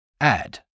add